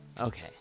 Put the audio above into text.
Okay